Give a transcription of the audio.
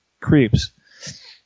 creeps